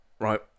Right